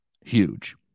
huge